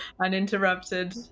uninterrupted